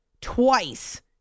twice